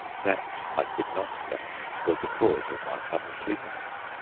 that, i could not doubt, was the cause of my sudden sleepiness.